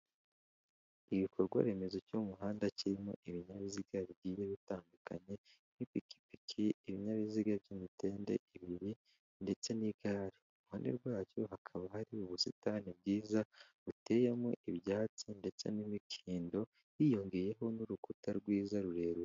Igikorwa remezo cy'umuhanda kirimo ibinyabiziga bigiye bitandukanye nk'ipikipiki, ibinyabiziga by'imitende ibiri ndetse n'igari, ihande rwacyo hakaba hari ubusitani bwiza buteyemo ibyatsi ndetse n'imikindo hiyongeyeho n'urukuta rwiza rurerure.